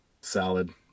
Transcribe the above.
Salad